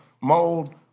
mold